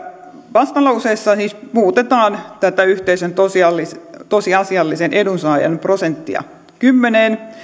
vastalauseessa siis muutetaan tätä yhteisön tosiasiallisen edunsaajan prosenttia kymmeneen